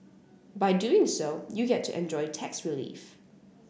by doing so you get to enjoy tax relief